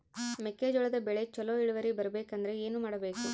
ಮೆಕ್ಕೆಜೋಳದ ಬೆಳೆ ಚೊಲೊ ಇಳುವರಿ ಬರಬೇಕಂದ್ರೆ ಏನು ಮಾಡಬೇಕು?